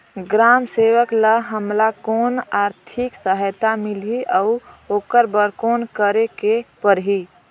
ग्राम सेवक ल हमला कौन आरथिक सहायता मिलही अउ ओकर बर कौन करे के परही?